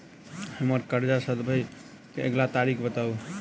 हम्मर कर्जा सधाबई केँ अगिला तारीख बताऊ?